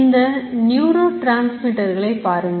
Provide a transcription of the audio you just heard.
இந்த neurotransmitter களை பாருங்கள்